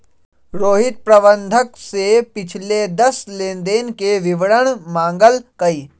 रोहित प्रबंधक से पिछले दस लेनदेन के विवरण मांगल कई